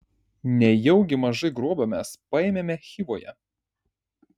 nejaugi mažai grobio mes paėmėme chivoje